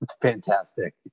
fantastic